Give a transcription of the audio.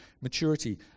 maturity